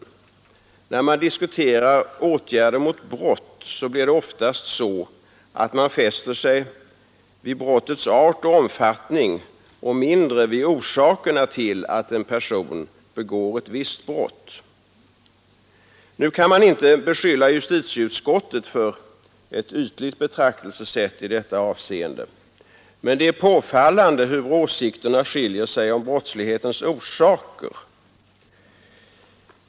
När man diskuterar åtgärder mot brott fäster man sig oftast vid brottets art och omfattning och mindre vid orsakerna till att en person begår ett visst brott. Nu kan man inte bekylla justitieutskottet för ett ytligt betraktelsesätt i detta avseende, men det är påfallande hur åsikterna skiljer sig om brottslighetens orsaker.